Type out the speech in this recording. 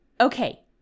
Okay